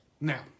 Now